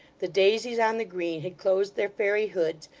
the daisies on the green had closed their fairy hoods,